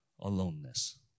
Aloneness